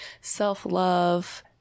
self-love